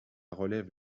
relève